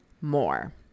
more